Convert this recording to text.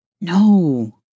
No